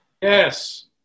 Yes